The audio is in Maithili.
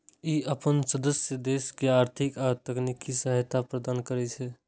ई अपन सदस्य देश के आर्थिक आ तकनीकी सहायता प्रदान करै छै